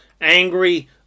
angry